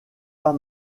pas